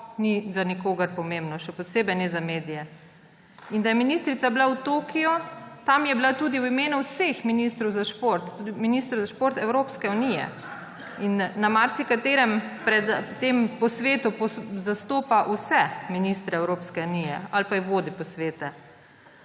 ni za nikogar pomembno, še posebej ne za medije. In da je ministrica bila v Tokiu – tam je bila tudi v imenu vseh ministrov za šport, tudi ministrov za šport Evropske unije. Na marsikaterem posvetu zastopa vse ministre Evropske unije ali pa vodi posvete.